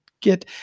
get